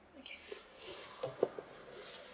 okay